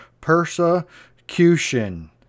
persecution